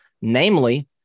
namely